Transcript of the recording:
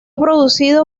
producido